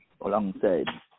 alongside